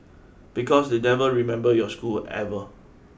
because they never remember your school ever